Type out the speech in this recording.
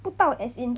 不到 as in